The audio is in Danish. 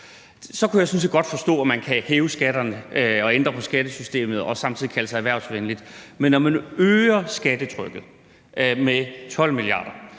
sådan set godt forstå, at man kan hæve skatterne og ændre på skattesystemet og samtidig kalde sig erhvervsvenlig. Men når man øger skattetrykket med 12 mia. kr.,